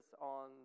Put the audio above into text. on